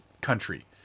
country